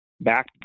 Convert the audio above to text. Back